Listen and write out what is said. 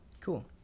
Cool